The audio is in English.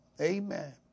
amen